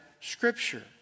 scripture